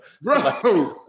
Bro